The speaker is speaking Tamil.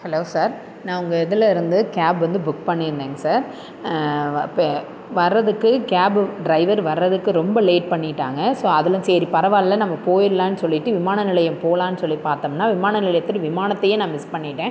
ஹலோ சார் நான் உங்கள் இதில் இருந்து கேப் வந்து புக் பண்ணியிருந்தேங்க சார் வ இப்போ வர்றதுக்கு கேபு ட்ரைவர் வர்றதுக்கு ரொம்ப லேட் பண்ணிவிட்டாங்க ஸோ அதெல்லாம் சரி பரவாயில்லை நம்ம போயிடலாம் சொல்லிட்டு விமான நிலையம் போகலாம் சொல்லி பாத்தோம்னா விமான நிலையத்தில் விமானத்தையே நான் மிஸ் பண்ணிவிட்டேன்